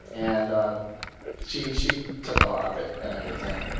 and ah she she took a lot of it and everything.